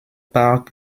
parc